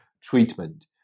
treatment